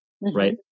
right